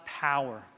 power